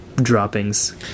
Droppings